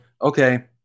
Okay